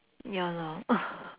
ya lor